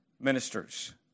ministers